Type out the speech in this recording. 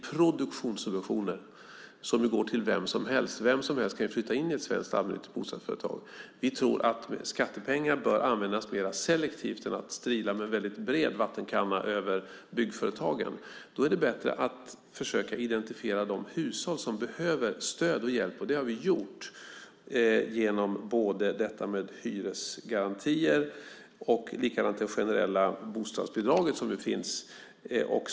Vem som helst kan ju flytta in i en bostad som ägs av ett svenskt allmännyttigt bostadsföretag. Vi tror att skattepengar bör användas mer selektivt än att man häller med en vattenkanna med väldigt stor stril över byggföretagen. Då är det bättre att försöka identifiera de hushåll som behöver stöd och hjälp. Det har vi gjort genom detta med hyresgarantier och det generella bostadsbidrag som nu finns.